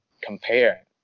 compare